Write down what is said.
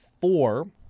four